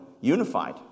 unified